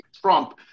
Trump